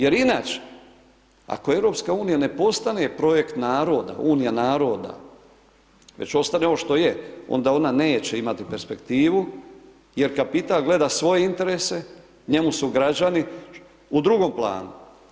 Jer inače, ako EU, ne postane projekt naroda, Unija naroda, već ostaje ovo što je, onda ona neće imati perspektivu, jer kapital gleda svoje interese, njemu su građani u drugm planu.